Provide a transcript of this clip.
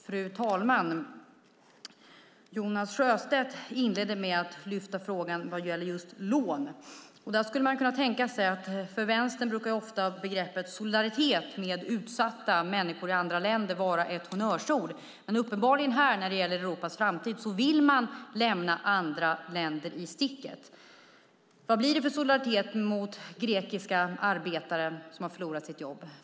Fru talman! Jonas Sjöstedt inledde med att lyfta fram frågan om lån. För Vänstern brukar ofta solidaritet med utsatta människor i andra länder vara ett honnörsord. Men uppenbarligen vill man när det gäller Europas framtid lämna andra länder i sticket. Vad blir det för solidaritet med grekiska arbetare som har förlorat sitt jobb?